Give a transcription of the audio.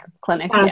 Clinic